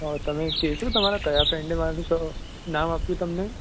હ તમે કહેશો તમારા કયા ફ્રેન્ડે મારા વિશે નામ આપ્યું તમને